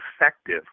effective